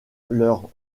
leur